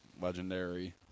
legendary